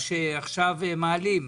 מה שעכשיו מעלים,